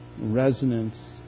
resonance